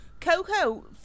Coco